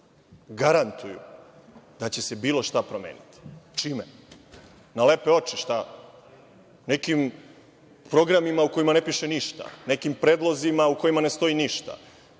garantuju da će se bilo šta promeniti? Čime? Na lepe oči. Nekim programima u kojima ne piše ništa, nekim predlozima u kojima ne stoji ništa.